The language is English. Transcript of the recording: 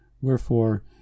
wherefore